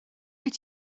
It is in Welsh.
wyt